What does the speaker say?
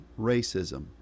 racism